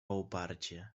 uparcie